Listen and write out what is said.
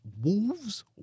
Wolves